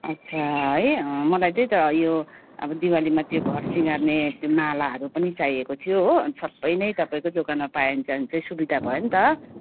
अच्छा है मलाई त्यही त यो अब दिवालीमा त्यो घर सिँगार्ने त्यो मालाहरू पनि चाहिएको थियो हो अन्त सबै नै तपाईँको दोकानमा पाइन्छ भने चाहिँ सुबिधा भयो नि त